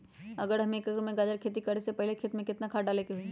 अगर एक एकर में गाजर के खेती करे से पहले खेत में केतना खाद्य डाले के होई?